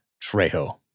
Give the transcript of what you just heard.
Trejo